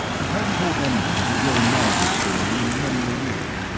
he hadn't told anyone the joe mauser story in many a year.